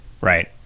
right